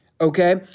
okay